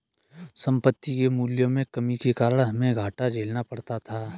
संपत्ति के मूल्यों में कमी के कारण हमे घाटा झेलना पड़ा था